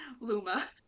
Luma